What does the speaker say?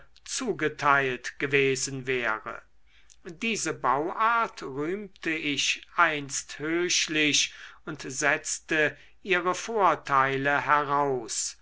zugeteilt gewesen wäre diese bauart rühmte ich einst höchlich und setzte ihre vorteile heraus